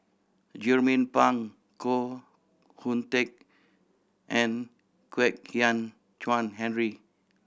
Jernnine Pang Koh Hoon Teck and Kwek Hian Chuan Henry